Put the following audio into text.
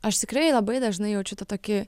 aš tikrai labai dažnai jaučiu tą tokį